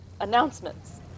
announcements